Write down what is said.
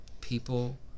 People